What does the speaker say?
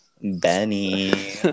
Benny